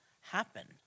happen